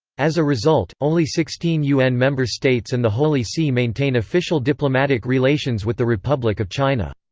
as a result, only sixteen un member states and the holy see maintain official diplomatic relations with the republic of china.